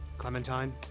Clementine